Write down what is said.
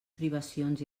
privacions